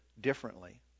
differently